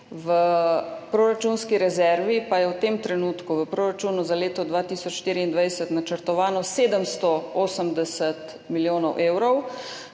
v proračunski rezervi pa je v tem trenutku v proračunu za leto 2024 načrtovanih 780 milijonov evrov,